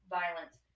violence